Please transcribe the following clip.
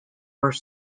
were